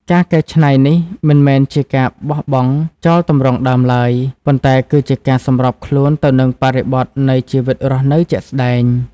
ការកែច្នៃនេះមិនមែនជាការបោះបង់ចោលទម្រង់ដើមឡើយ ប៉ុន្តែគឺជាការសម្របខ្លួនទៅនឹងបរិបទនៃជីវិតរស់នៅជាក់ស្ដែង។